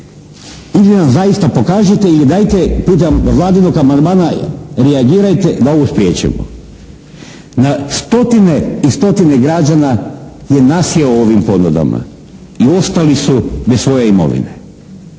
ili nam zaista pokažite ili dajte putem Vladinog amandmana reagirajte da ovo spriječimo. Na stotine i stotine građana je nasjeo ovim ponudama i ostali su bez svoje imovine.